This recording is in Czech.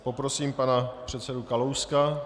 Poprosím pana předsedu Kalouska.